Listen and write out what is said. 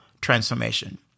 transformation